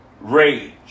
rage